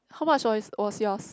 how much was was yours